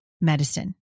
medicine